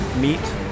meet